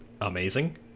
amazing